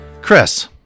Chris